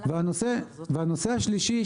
הנושא השלישי,